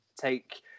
take